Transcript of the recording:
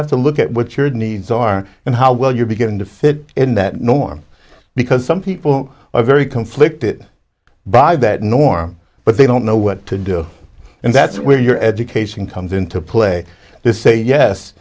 have to look at what your needs are and how well you begin to fit in that norm because some people are very conflicted by that norm but they don't know what to do and that's where your education comes into play they say